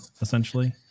essentially